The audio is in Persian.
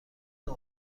نوع